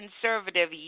conservative